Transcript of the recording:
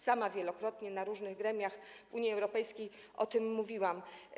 Sama wielokrotnie w różnych gremiach w Unii Europejskiej o tym mówiłam.